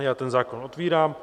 Já ten zákon otevírám.